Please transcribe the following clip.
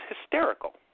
hysterical